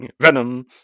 venom